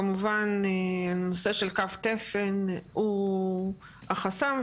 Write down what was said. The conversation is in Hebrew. כמובן הנושא של קו תפן הוא החסם,